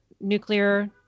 nuclear